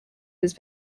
his